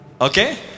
Okay